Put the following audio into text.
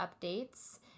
updates